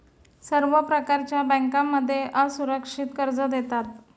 सर्व प्रकारच्या बँकांमध्ये असुरक्षित कर्ज देतात